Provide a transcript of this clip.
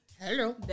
Hello